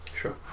sure